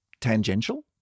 tangential